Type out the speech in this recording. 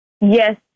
Yes